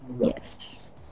Yes